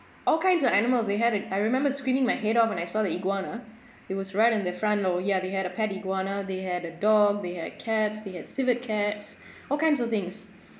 all kinds of animals they had in I remember screaming my head off when I saw the iguana it was right in the front lor yeah they had a pet iguana they had a dog they like cats they had civet cats all kinds of things